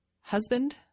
husband